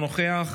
אינו נוכח,